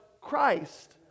Christ